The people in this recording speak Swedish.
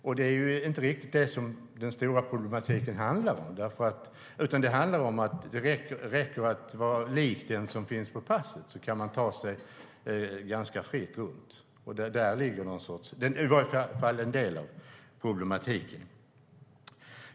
Men det är ju inte riktigt det som den stora problematiken handlar om, utan det handlar om att det räcker att vara lik den som finns på bild i passet för att kunna ta sig runt ganska fritt. Däri ligger i varje fall en del av problematiken.